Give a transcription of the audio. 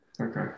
Okay